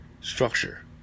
structure